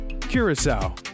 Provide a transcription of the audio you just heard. Curacao